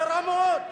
זה רע מאוד.